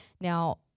now